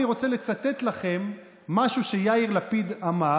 אני רוצה לצטט לכם משהו שיאיר לפיד אמר,